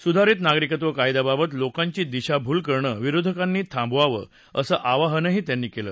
सुधारित नागरिकत्व कायद्याबाबत लोकांची दिशाभूल करणं विरोधकांनी थांबवावं असं आवाहनही त्यांनी केलं